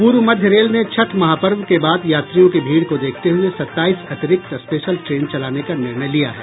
पूर्व मध्य रेल ने छठ महापर्व के बाद यात्रियों की भीड़ को देखते हये सत्ताईस अतिरिक्त स्पेशल ट्रेन चलाने का निर्णय लिया है